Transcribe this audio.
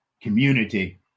Community